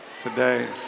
today